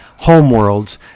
homeworlds